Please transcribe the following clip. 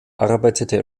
arbeitete